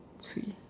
chui